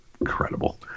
Incredible